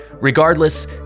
Regardless